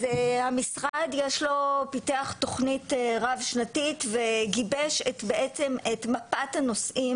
המשרד פיתח תוכנית רב-שנתית וגיבש בעצם את מפת הנושאים